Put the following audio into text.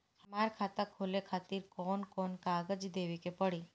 हमार खाता खोले खातिर कौन कौन कागज देवे के पड़ी?